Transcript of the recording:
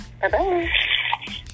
bye-bye